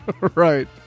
right